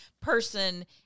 person